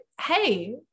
hey